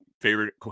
favorite